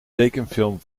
tekenfilm